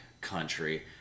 country